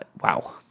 Wow